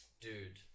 Dude